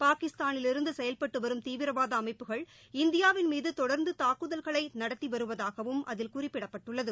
பாகிஸ்தானிலிருந்து செயல்பட்டு வரும் தீவிரவாத அமைப்புகள் இந்தியாவின் மீது தொடா்ந்து தாக்குதல்களை நடத்தி வருவதாகவும் அதில் குறிப்பிடப்பட்டுள்ளது